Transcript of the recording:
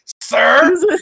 sir